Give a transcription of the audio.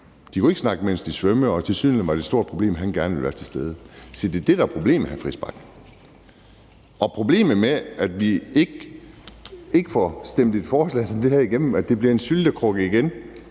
de kunne ikke snakke, mens de svømmede, og tilsyneladende var det et stort problem, at han gerne ville være til stede. Se, det er det, der er problemet, hr. Christian Friis Bach. Og der er problemet med, at vi ikke får stemt et forslag som det her igennem, at det bliver en syltekrukke igen,